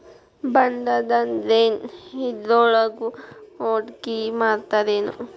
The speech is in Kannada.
ಬಾಂಡಂದ್ರೇನ್? ಇದ್ರೊಳಗು ಹೂಡ್ಕಿಮಾಡ್ತಾರೇನು?